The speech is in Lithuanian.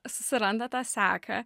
susiranda tą seką